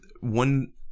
one